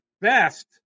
best